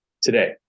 today